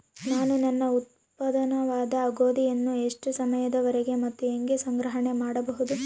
ನಾನು ನನ್ನ ಉತ್ಪನ್ನವಾದ ಗೋಧಿಯನ್ನು ಎಷ್ಟು ಸಮಯದವರೆಗೆ ಮತ್ತು ಹೇಗೆ ಸಂಗ್ರಹಣೆ ಮಾಡಬಹುದು?